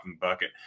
bucket